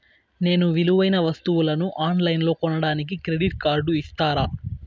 నేను విలువైన వస్తువులను ఆన్ లైన్లో కొనడానికి క్రెడిట్ కార్డు ఇస్తారా?